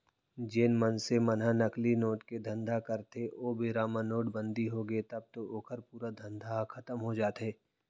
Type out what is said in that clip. जेन मनसे मन ह नकली नोट के धंधा करथे ओ बेरा म नोटबंदी होगे तब तो ओखर पूरा धंधा ह खतम हो जाथे